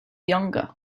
younger